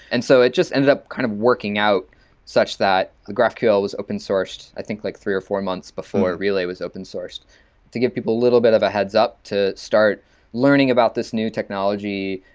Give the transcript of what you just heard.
and so it just ended up kind of working out such that graphql was open-sourced i think like three or four months before relay was open-sourced to give people a little bit of a heads up to start learning about this new technology,